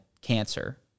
cancer